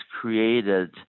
created